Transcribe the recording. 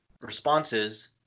responses